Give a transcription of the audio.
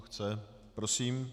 Chce, prosím.